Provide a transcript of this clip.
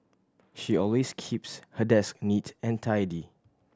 she always keeps her desk neat and tidy